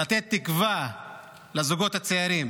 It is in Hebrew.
לתת תקווה לזוגות הצעירים.